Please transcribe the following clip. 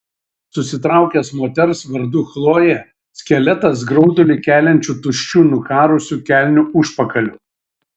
susitraukęs moters vardu chlojė skeletas graudulį keliančiu tuščiu nukarusiu kelnių užpakaliu